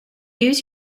use